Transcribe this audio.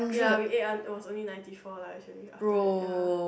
ya we ate un~ was was only ninety four lah actually after that ya